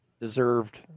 deserved